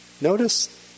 Notice